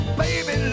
baby